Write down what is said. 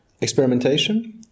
Experimentation